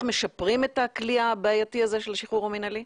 משפרים את הכלי הבעייתי הזה של השחרור המינהלי?